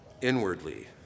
inwardly